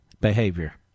behavior